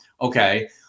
Okay